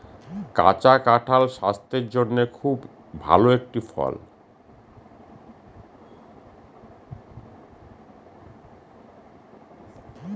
কাঁচা কাঁঠাল স্বাস্থের জন্যে খুব ভালো একটি ফল